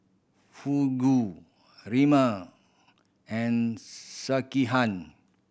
Fugu Ramen and Sekihan